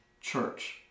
church